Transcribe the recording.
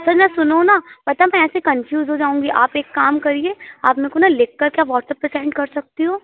पहने सुनो ना मब मैं ऐसे कन्फ्यूस हो जाऊँगी आप एक काम करिए आप मेको न लिख करके आप व्हाट्सअप पर सेन्ड कर सकती हो